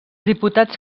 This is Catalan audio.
diputats